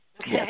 Okay